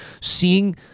seeing